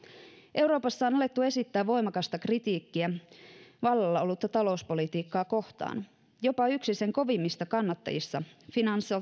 euroopassa on alettu esittää voimakasta kritiikkiä vallalla ollutta talouspolitiikkaa kohtaan jopa yksi sen kovimmista kannattajista financial